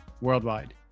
worldwide